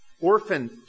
orphan